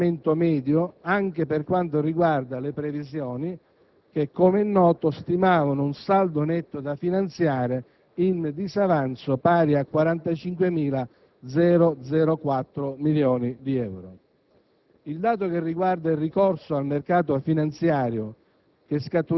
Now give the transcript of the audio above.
Tale dato evidenzia un netto miglioramento rispetto all'andamento medio, anche per quanto riguarda le previsioni che, come è noto, stimavano un saldo netto da finanziare in disavanzo pari a 45.004 milioni di euro.